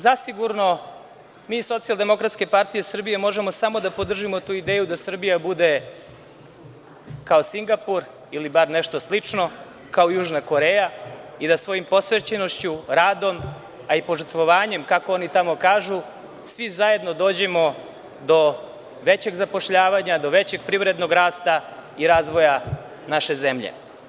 Zasigurno, mi iz Socijaldemokratske partije Srbije možemo samo da podržimo tu ideju da Srbija bude kao Singapur, ili bar nešto slično kao Južna Koreja, i da svojom posvećenošću, radom a i požrtvovanjem, kako oni tamo kažu, svi zajedno dođemo do većeg zapošljavanja, do većeg privrednog rasta i razvoja naše zemlje.